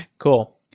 cool.